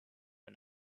and